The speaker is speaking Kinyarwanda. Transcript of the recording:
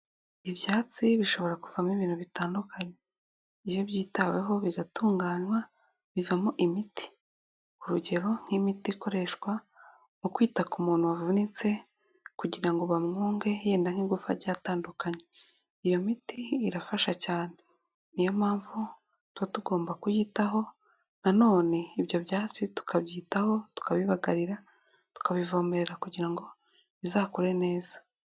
Ibyatsi bishobora kuvamo ibintu bitandukanye. Iyo byitaweho bigatunganywa bivamo imiti. Urugero; nk'imiti ikoreshwa mu kwita ku muntu wavunitse kugira ngo bamwunge yenda nk'ingufu ryatandukanye, iyo miti irafasha cyane, niyo mpamvu tuba tugomba kuyitaho na none ibyo byatsi tukabyitaho, tukabibagarira, tukabivomerera kugira ngo bizakure neza.